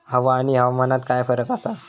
हवा आणि हवामानात काय फरक असा?